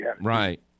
Right